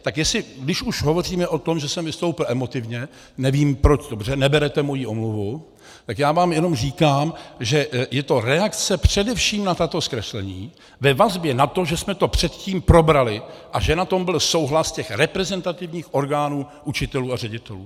Tak jestli, když už hovoříme o tom, že jsem vystoupil emotivně, nevím proč, dobře, neberete moji omluvu, tak já vám jenom říkám, že je to reakce především na tato zkreslení ve vazbě na to, že jsme to předtím probrali a že na tom byl souhlas těch reprezentativních orgánů učitelů a ředitelů.